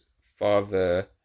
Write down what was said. father